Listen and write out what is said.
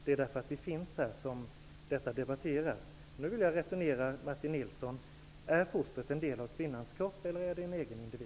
Det är på grund av att vi finns här som den här frågan debatteras.